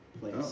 place